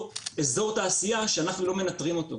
אזור תעשייה שאנחנו לא מנטרים אותו.